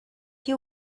you